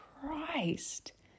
Christ